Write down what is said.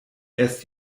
erst